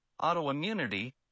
autoimmunity